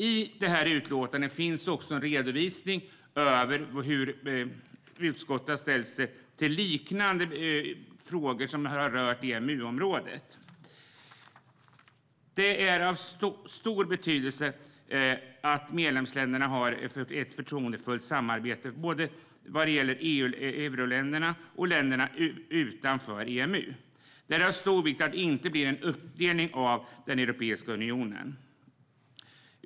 I utlåtandet finns också en redovisning av hur utskottet har ställt sig till liknande frågor som härrör till EMU-området. Det är av stor betydelse att medlemsländerna har ett förtroendefullt samarbete, både när det gäller euroländerna och länderna utanför EMU. Det är av stor vikt att det inte blir en uppdelning av Europeiska unionen.